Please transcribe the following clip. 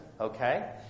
Okay